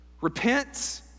Repent